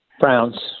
Browns